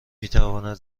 میتواند